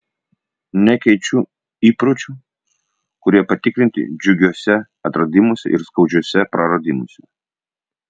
nekeičiu įpročių kurie patikrinti džiugiuose atradimuose ir skaudžiuose praradimuose